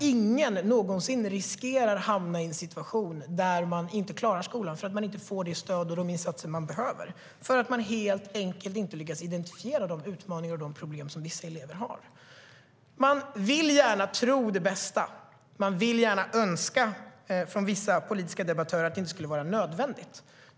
Ingen ska någonsin riskera att hamna i en situation där man inte klarar skolan för att man inte får det stöd och de insatser man behöver - helt enkelt för att vi inte lyckas identifiera de utmaningar och problem vissa elever har. Vi vill gärna tro det bästa, och vissa politiska debattörer vill gärna önska att det inte skulle vara nödvändigt.